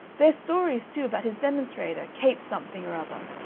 there's stories, too, about his demonstrator, capes something or other.